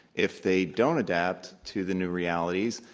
if they don't adapt to the new reality,